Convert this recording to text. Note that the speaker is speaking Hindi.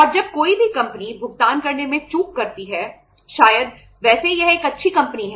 और जब कोई भी कंपनी भुगतान करने में चूक करती है शायद वैसे यह एक अच्छी कंपनी है